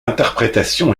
interprétation